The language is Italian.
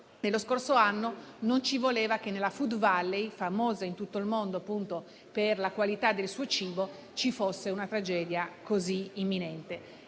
dello scorso anno. Non ci voleva che nella Food Valley, famosa in tutto il mondo per la qualità del suo cibo, ci fosse una tragedia così imminente.